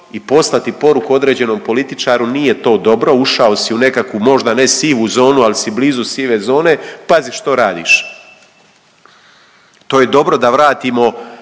i poslati poruku određenom političaru nije to dobro, ušao si u nekakvu možda ne sivu zonu ali si blizu sive zone, pazi što radiš. To je dobro da vratimo